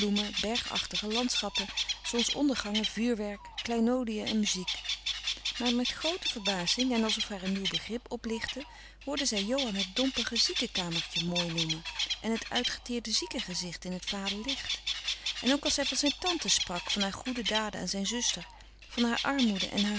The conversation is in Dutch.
berg achtige landschappen zons ondergangen vuurwerk kleinoodiën en muziek maar met groote verbazing en alsof haar een nieuw begrip oplichtte hoorde zij johan het dompige ziekenkamertje mooi noemen en het uitgeteerde zieke gezicht in t vale licht en ook als hij van zijn tante sprak van haar goede daden aan zijn zuster van haar armoede en